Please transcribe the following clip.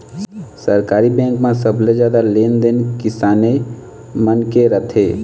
सहकारी बेंक म सबले जादा लेन देन किसाने मन के रथे